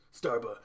Starbucks